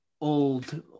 old